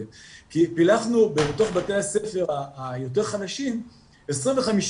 פילחנו בתוך בתי הספר היותר חלשים 25%,